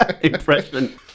impression